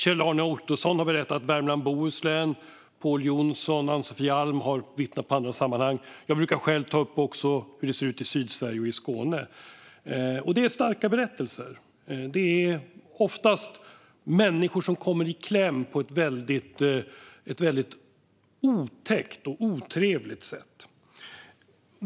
Kjell-Arne Ottosson har berättat från Värmland och Bohuslän, och Pål Jonson och Ann-Sofie Alm har vittnat i andra sammanhang. Själv brukar jag ta upp hur det ser ut i Sydsverige och Skåne. Det är starka berättelser, och ofta kommer människor i kläm på ett otäckt och otrevligt sätt.